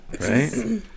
right